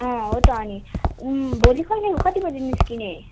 अँ हो त अनि उम् भोलि कहिले कति बजी निस्कने